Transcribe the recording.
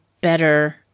better